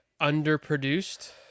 underproduced